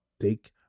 take